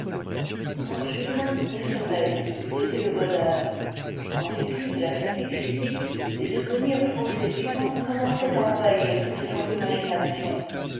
pour julien le sommeil eût été le bonheur en dépit de la fatigue physique des souvenirs trop séduisants commençaient à envahir toute son imagination